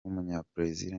w’umunyabrazil